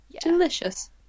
Delicious